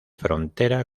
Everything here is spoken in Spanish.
frontera